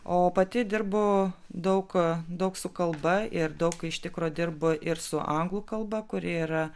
o pati dirbu daug daug su kalba ir daug iš tikro dirbu ir su anglų kalba kuri yra